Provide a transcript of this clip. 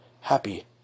Happy